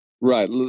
Right